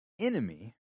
enemy